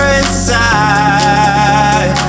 inside